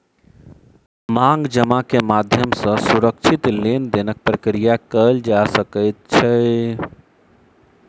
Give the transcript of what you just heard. मांग जमा के माध्यम सॅ सुरक्षित लेन देनक प्रक्रिया कयल जा सकै छै